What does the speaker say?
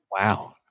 Wow